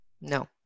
No